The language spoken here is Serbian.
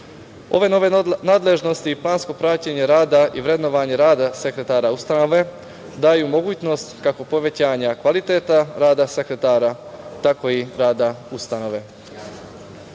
Ove nadležnosti i plansko praćenje rada i vrednovanje rada sekretara ustanove daju mogućnost kako povećanja kvaliteta rada sekretara, tako i rada ustanove. Sledeća